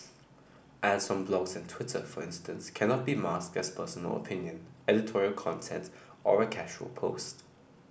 ads on blogs and Twitter for instance cannot be masked as personal opinion editorial content or a casual post